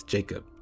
Jacob